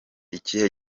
ikihe